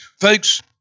Folks